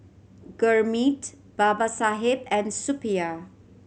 Gurmeet Babasaheb and Suppiah